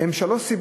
הן שלוש,